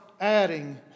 adding